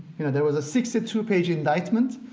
you know there was a sixty two page indictment,